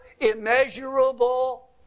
immeasurable